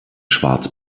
schwarz